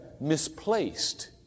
misplaced